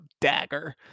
dagger